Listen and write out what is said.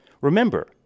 Remember